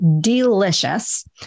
delicious